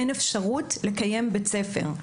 אין אפשרות לקיים בית ספר.